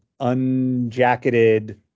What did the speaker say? unjacketed